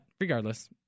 regardless—